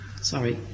sorry